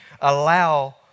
allow